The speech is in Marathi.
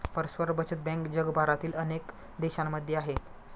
परस्पर बचत बँक जगभरातील अनेक देशांमध्ये आहे